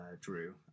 Drew